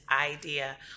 idea